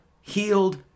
healed